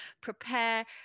prepare